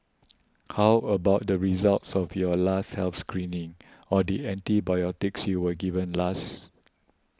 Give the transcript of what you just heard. how about the results of your last health screening or the antibiotics you were given last